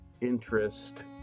interest